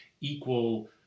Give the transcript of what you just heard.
equal